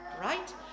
Right